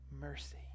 mercy